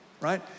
right